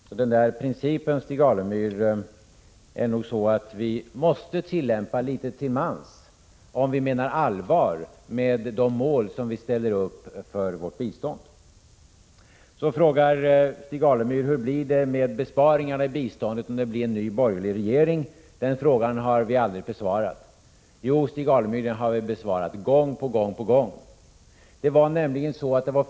Vi måste nog, Stig Alemyr, tillämpa den där principen litet till mans, om vi menar allvar med de mål som vi ställer upp för vårt bistånd. Sedan frågade Stig Alemyr hur det blir med besparingarna när det gäller biståndet, om det blir en ny borgerlig regering. Han påstod att vi aldrig har besvarat den frågan. Jo, Stig Alemyr, vi har besvarat denna fråga gång på gång.